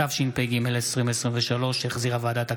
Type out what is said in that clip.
התשפ"ג 2023, שהחזירה ועדת הכלכלה,